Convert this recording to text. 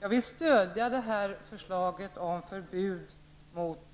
Jag vill stödja förslaget om förbud mot